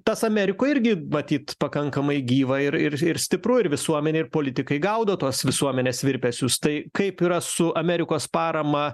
tas amerikoj irgi matyt pakankamai gyva ir ir ir stipru ir visuomenė ir politikai gaudo tuos visuomenės virpesius tai kaip yra su amerikos parama